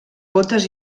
botes